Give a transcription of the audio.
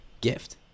gift